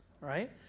right